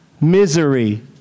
Misery